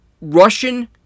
Russian